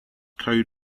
code